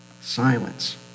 Silence